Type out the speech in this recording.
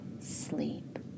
sleep